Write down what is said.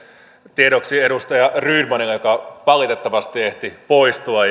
tiedoksi edustaja rydmanille joka valitettavasti ehti poistua